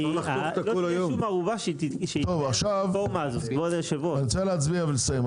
אני רוצה להצביע ולסיים.